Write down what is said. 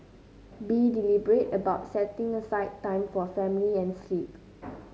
be deliberate about setting aside time for family and sleep